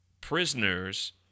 prisoners